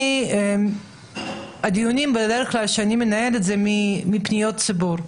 אני בדרך כלל מנהלת דיונים בעקבות פניות מהציבור.